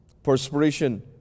Perspiration